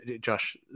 Josh